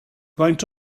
faint